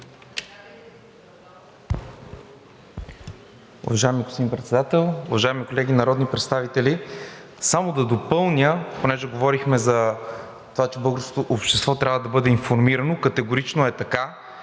Уважаеми господин Председател, уважаеми колеги народни представители! Само да допълня – понеже говорихме за това, че българското общество трябва да бъде информирано, категорично е така.